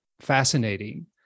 fascinating